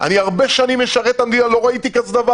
אני הרבה שנים משרת את המדינה, לא ראיתי דבר כזה.